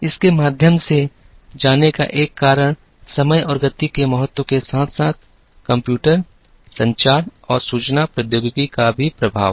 इसके माध्यम से जाने का एक कारण समय और गति के महत्व के साथ साथ कंप्यूटर संचार और सूचना प्रौद्योगिकी का प्रभाव भी है